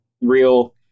real